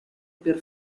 per